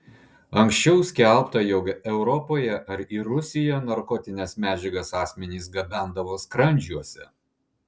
anksčiau skelbta jog europoje ar į rusiją narkotines medžiagas asmenys gabendavo skrandžiuose